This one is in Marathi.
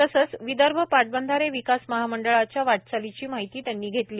तसेच विदर्भ पाटबंधारे विकास महामंडळाच्या वाटचालीची माहिती त्यांनी घेतली